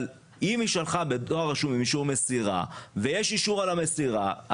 אם היא שלחה בדואר רשום עם אישור מסירה ויש אישור על המסירה,